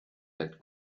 had